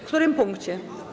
W którym punkcie?